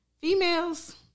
females